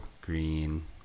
Green